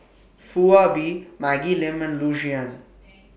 Foo Ah Bee Maggie Lim and Loo Zihan